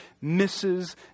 misses